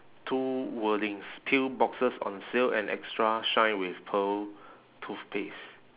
two wordings pill boxes on sale and extra shine with pearl toothpaste